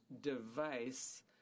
device